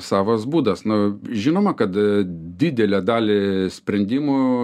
savas būdas nu žinoma kad didelę dalį sprendimų